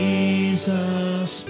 Jesus